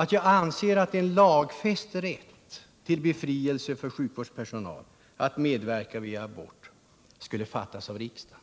Jag anser att en lag om rätt för sjukvårdspersonal till befrielse från medverkan vid abort borde antas av riksdagen.